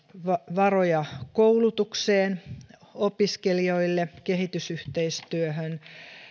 varoja koulutukseen opiskelijoille kehitysyhteistyöhön